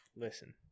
listen